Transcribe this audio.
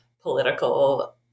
political